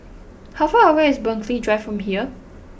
how far away is Burghley Drive from here